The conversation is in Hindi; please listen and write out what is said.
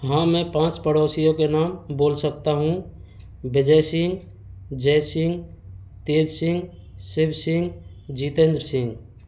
हाँ मैं पाँच पड़ोसियों के नाम बोल सकता हूँ विजय सिंह जय सिंह तेज सिंह शिव सिंह जितेन्द्र सिंह